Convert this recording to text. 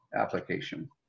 application